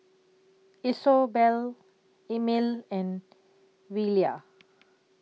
Isobel Emil and Velia